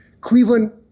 Cleveland